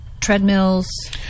treadmills